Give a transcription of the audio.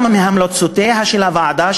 גם המלצותיה של הוועדה,